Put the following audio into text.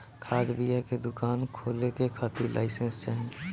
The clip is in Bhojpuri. खाद बिया के दुकान खोले के खातिर लाइसेंस चाही